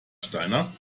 steiner